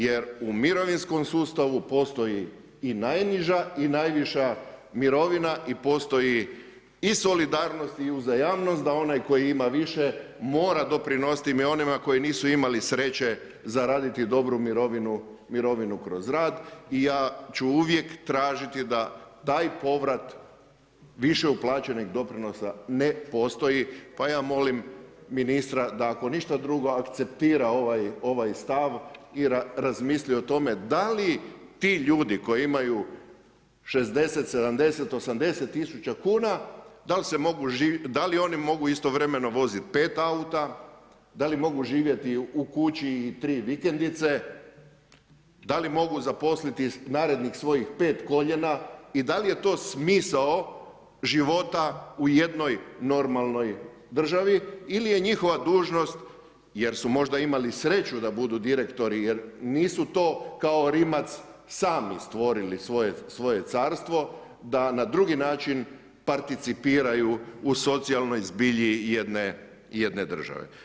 Jer, u mirovinskom sustavu, postoji i najniža i najviša mirovina, i postoji i solidarnost i uzajamnost, da onaj koji ima više, mora doprinositi, onima koji nisu imali sreće zaraditi dobru mirovinu kroz rad i ja ću uvijek tražiti da taj povrat više uplaćenih doprinosa ne postoji, pa ja molim ministra, da ako ništa drugo, akceptira ovaj stav i razmisli o tome, da li ti ljudi koji imaju 60, 70, 80 tisuća kn, da li oni mogu istovremeno voziti 5 auta, da li mogu živjeti u kući i 3 vikendice, da li mogu zaposliti narednih 5 koljena i da li je to smisao, života u jednoj normalnoj državi ili je njihova dužnost, jer su možda imali sreću da budu direktori, jer nisu to kao Rimac sami stvorili svoje carstvo, da na drugi način participiraju u socijalnoj zbilji jedne države.